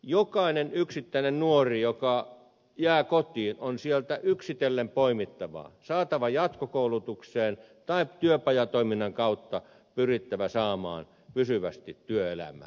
jokainen yksittäinen nuori joka jää kotiin on sieltä yksitellen poimittava saatava jatkokoulutukseen tai työpajatoiminnan kautta pyrittävä saamaan pysyvästi työelämään